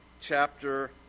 chapter